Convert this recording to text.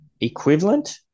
equivalent